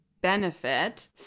benefit